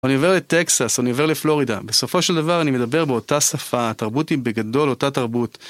אני עובר לטקסס, אני עובר לפלורידה, בסופו של דבר אני מדבר באותה שפה, התרבות היא בגדול אותה תרבות.